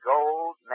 Gold